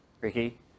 Ricky